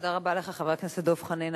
תודה רבה לך, חבר הכנסת דב חנין.